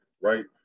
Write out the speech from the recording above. right